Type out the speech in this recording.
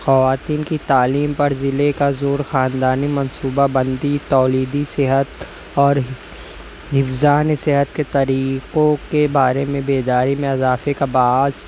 خواتین کی تعلیم پر ضلعے کا زور خاندانی منصوبہ بندی تولیدی صحت اور حفظان صحت کے طریقوں کے بارے میں بیداری میں اضافے کا باعث